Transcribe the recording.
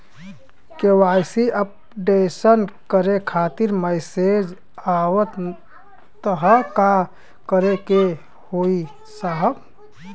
KYC updation करें खातिर message आवत ह का करे के होई साहब?